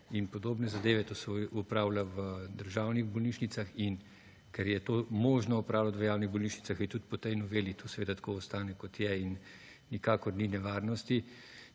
in podobne zadeve, to se opravlja državnih bolnišnicah in ker je to možno opravljat v javnih bolnišnicah, tudi po tej noveli to seveda ostane tako, kot je in nikakor ni nevarnosti,